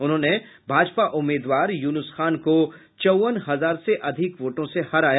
उन्होंने भाजपा उम्मीदवार यूनुस खान को चौवन हजार से अधिक वोटों से हराया